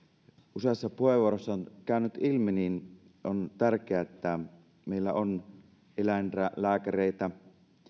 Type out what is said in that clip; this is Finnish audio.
useassa puheenvuorossa on käynyt ilmi niin on tärkeää että meillä on eläinlääkäreitä